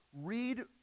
Read